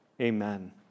Amen